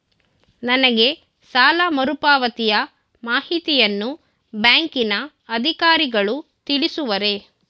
ನನಗೆ ಸಾಲ ಮರುಪಾವತಿಯ ಮಾಹಿತಿಯನ್ನು ಬ್ಯಾಂಕಿನ ಅಧಿಕಾರಿಗಳು ತಿಳಿಸುವರೇ?